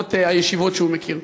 ומגדרות הישיבות שהוא מכיר.